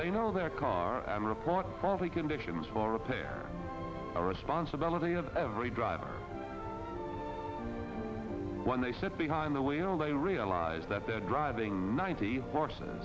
they know their car and report probably conditions for repair or responsibility of every driver when they sit behind the wheel they realize that they're driving